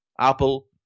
Apple